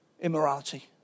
immorality